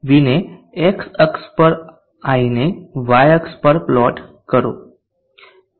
Vને x અક્ષ પર I ને y અક્ષ પર પ્લોટ કરો